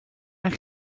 mijn